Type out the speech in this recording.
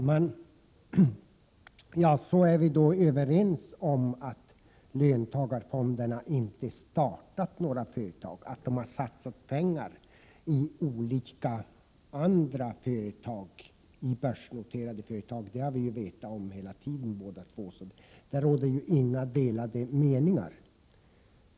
Herr talman! Ja, vi är överens om att löntagarfonderna inte har startat några nya företag. Vi har hela tiden vetat om att fonderna har satsat pengar i olika börsnoterade företag — om detta råder det inga delade meningar.